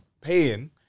paying